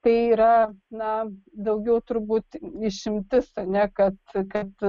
tai yra na daugiau turbūt išimtis ne kad kad